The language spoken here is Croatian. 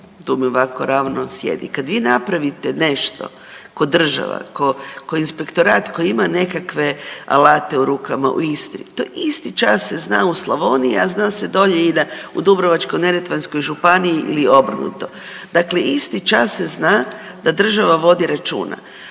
tu mi ovako ravno sjedi. Kad vi napravite nešto ko država, ko inspektorat koji ima nekakve alate u rukama u Istri to isti čas se zna u Slavoniji, a zna se dolje i u Dubrovačko-neretvanskoj županiji ili obrnuto, dakle isti čas se zna da država vodi računa.